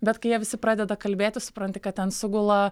bet kai jie visi pradeda kalbėti supranti kad ten sugula